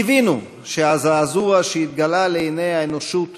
קיווינו שהזעזוע שהתגלה לעיני האנושות